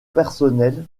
personnel